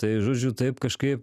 tai žodžiu taip kažkaip